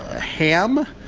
ah ham,